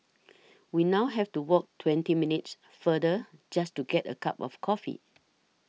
we now have to walk twenty minutes farther just to get a cup of coffee